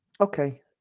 Okay